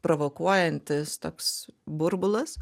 provokuojantis toks burbulas